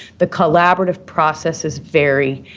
the collaborative process is very,